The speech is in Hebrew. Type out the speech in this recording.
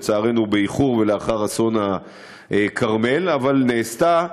לצערנו, באיחור, ולאחר אסון הכרמל, אבל נעשתה.